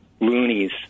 loonies